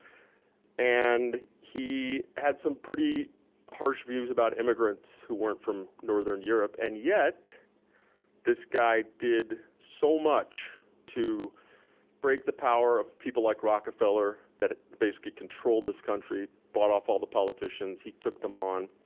and he had some pretty harsh views about immigrants who weren't from northern europe, and yet this guy did so much to break the power of people like rockefeller, that basically controlled this country, bought off all the politicians, he took them on.